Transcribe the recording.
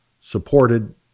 supported